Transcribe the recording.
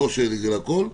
לא שזה הכול,